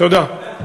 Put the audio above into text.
תודה.